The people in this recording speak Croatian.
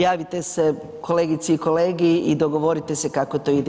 Javite se kolegici i kolegi i dogovorite se kako to ide.